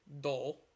dull